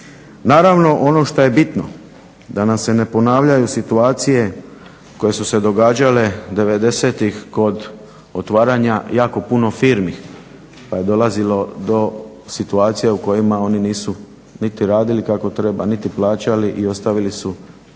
Naravno ono što je bino da nam se ne ponavljaju situacije koje su nam se događale devedesetih kod otvaranja jako puno firmi pa je dolazilo do situacija u kojima oni nisu niti radili kako treba niti plaćali i ostavili su jako